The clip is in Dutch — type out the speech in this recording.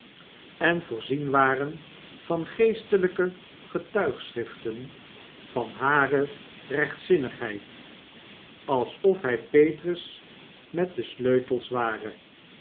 en voorzien waren van geestelyke getuigschriften van hare rechtzinnigheid alsof hy petrus met de sleutels ware